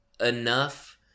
enough